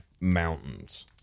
Mountains